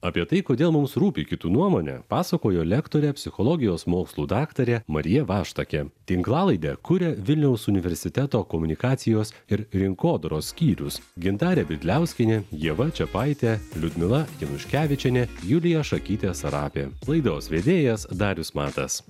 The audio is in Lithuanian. apie tai kodėl mums rūpi kitų nuomonė pasakojo lektorė psichologijos mokslų daktarė marija vaštakė tinklalaidę kuria vilniaus universiteto komunikacijos ir rinkodaros skyrius gintarė vitkauskienė ieva čiapaitė liudmila januškevičienė julija šakytė sarapė laidos vedėjas darius matas